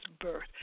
birth